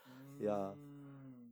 mm